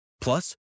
Plus